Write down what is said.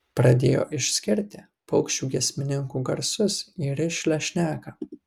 pradėjo išskirti paukščių giesmininkų garsus į rišlią šneką